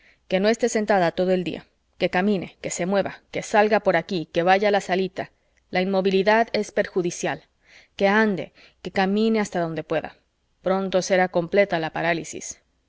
que no esté sentada todo el día que camine que se mueva que salga por aquí que vaya a la salita la inmovilidad es perjudicial que ande que camine hasta donde pueda pronto será completa la parálisis